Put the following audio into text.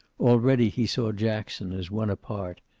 already he saw jackson as one apart,